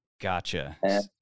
Gotcha